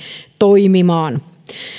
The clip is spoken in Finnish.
toimimaan